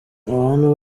abantu